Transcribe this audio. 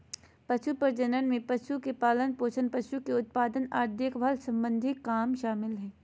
पशु प्रजनन में पशु के पालनपोषण, पशु के उत्पादन आर देखभाल सम्बंधी काम शामिल हय